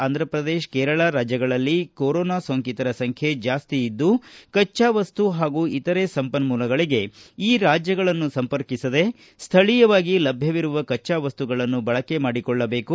ಆಂಧ್ರಪ್ರದೇಶ ಕೇರಳ ರಾಜ್ಜಗಳಲ್ಲಿ ಕೊರೊನಾ ಸೋಂಕಿತರ ಸಂಬ್ದೆ ಜಾಸ್ತಿಯಿದ್ದು ಕಚ್ಚಾವಸ್ತು ಹಾಗೂ ಇತರೆ ಸಂಪನ್ಮೂಲಗಳಿಗೆ ಈ ರಾಜ್ಯಗಳನ್ನು ಸಂಪರ್ಕಿಸದೆ ಸ್ಥಳೀಯವಾಗಿ ಲಭ್ಯವಿರುವ ಕಚ್ಚಾವಸ್ತುಗಳನ್ನು ಬಳಕೆ ಮಾಡಿಕೊಳ್ಳಬೇಕು